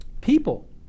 People